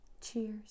Cheers